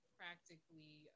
practically